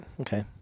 okay